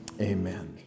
amen